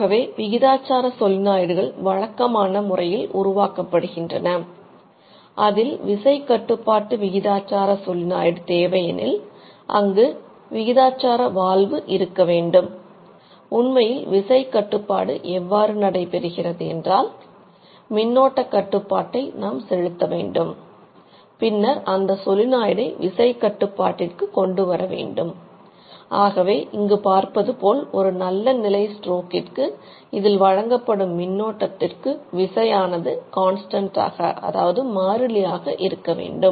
ஆகவே விகிதாச்சார சொலினாய்டுகள் இருக்க வேண்டும்